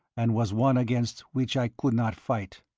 and was one against which i could not fight.